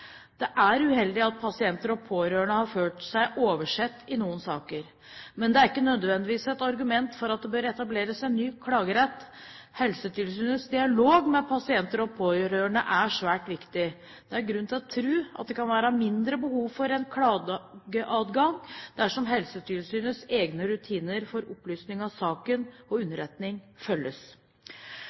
Det er uheldig at pasienter og pårørende har følt seg oversett i noen saker. Men det er ikke nødvendigvis et argument for at det bør etableres en ny klagerett. Helsetilsynets dialog med pasienter og pårørende er svært viktig. Det er grunn til å tro at det kan være mindre behov for en klageadgang dersom Helsetilsynets egne rutiner for opplysning av saken og underretning følges.